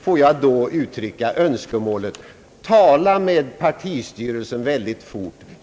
Får jag då uttrycka önskemålet: Tala med partistyrelsen med det allra snaraste!